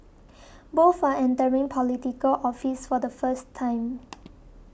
both are entering Political Office for the first time